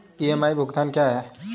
EMI भुगतान क्या है?